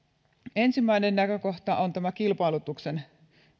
ensimmäinen näkökohta on kilpailutuksen